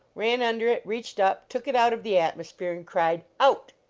ran under it, reached up, took it out of the atmosphere, and cried out!